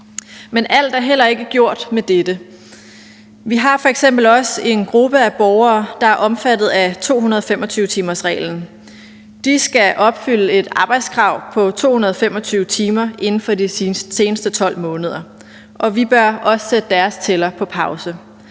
Men alt er heller ikke gjort med dette. Vi har f.eks. også en gruppe af borgere, der er omfattet af 225-timersreglen. De skal opfylde et arbejdskrav på 225 timer inden for de seneste 12 måneder, og vi bør også satte deres tæller på pause.